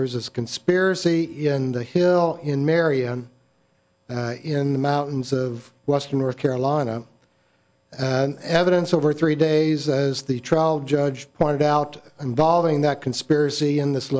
there is this conspiracy in the hill in marion in the mountains of western north carolina and evidence over three days as the trial judge pointed out involving that conspiracy in this